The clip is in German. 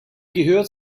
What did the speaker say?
gehört